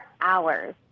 hours